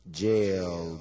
jail